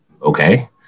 Okay